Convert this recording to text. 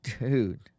dude